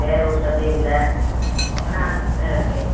வேற ஒரு சந்தேகமும் இல்லை ஆனால் அது ஆ சரி